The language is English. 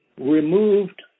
removed